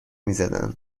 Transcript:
میزدن